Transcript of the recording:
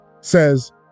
says